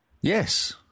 Yes